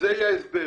וזה יהיה ההסבר.